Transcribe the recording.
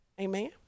Amen